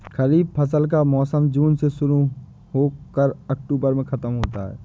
खरीफ फसल का मौसम जून में शुरू हो कर अक्टूबर में ख़त्म होता है